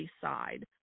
side